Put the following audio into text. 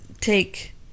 take